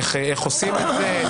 איך עושים את זה,